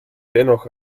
dennoch